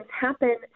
happen